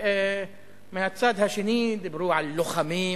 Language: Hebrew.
ומהצד השני דיברו על לוחמים וכדומה.